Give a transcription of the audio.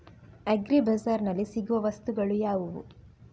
Agri ಬಜಾರ್ನಲ್ಲಿ ಸಿಗುವ ವಸ್ತುಗಳು ಯಾವುವು?